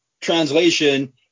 translation